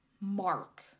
mark